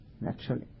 naturally